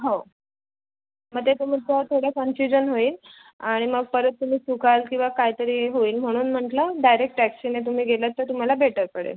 हो मग ते तुमचं थोडं कन्फ्युजन होईल आणि मग परत तुम्ही चुकाल किंवा काही तरी होईल म्हणून म्हटलं डायरेक्ट टॅक्सीने तुम्ही गेलात तर तुम्हाला बेटर पडेल